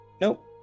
Nope